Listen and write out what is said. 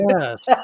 Yes